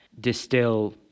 distill